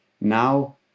now